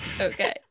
okay